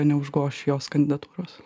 neužgoš jos kandidatūros